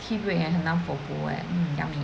tea break 还很难 forgo eh mm yummy